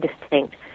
distinct